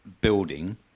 building